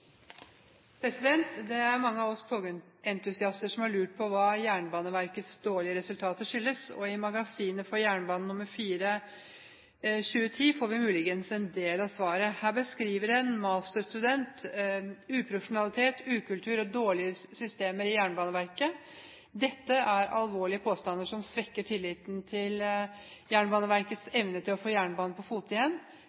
er mange av oss togentusiaster som har lurt på hva Jernbaneverkets dårlige resultater skyldes. I magasinet For Jernbane nr. 4 for 2010 får vi muligens en del av svaret. Her beskriver en masterstudent uprofesjonalitet, ukultur og dårlige systemer i Jernbaneverket. Dette er alvorlige påstander som svekker tilliten til Jernbaneverkets